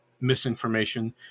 misinformation